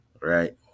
Right